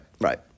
right